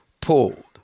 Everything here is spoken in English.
pulled